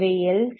எனவே எல்